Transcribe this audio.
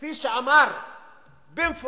כפי שאמר במפורש